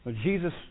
Jesus